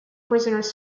prisoners